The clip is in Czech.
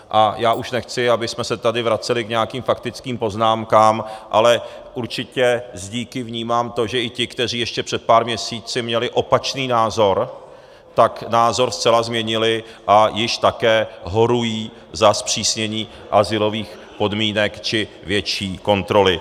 A já už nechci, abychom se tady vraceli k nějakým faktickým poznámkám, ale určitě s díky vnímám to, že i ti, kteří ještě před pár měsíci měli opačný názor, tak názor zcela změnili a již také horují za zpřísnění azylových podmínek či větší kontroly.